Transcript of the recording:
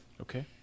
Okay